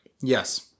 yes